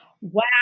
Wow